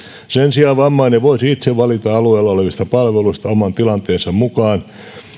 sen sijaan vammainen voisi itse valita alueella olevista palveluista oman tilanteensa mukaan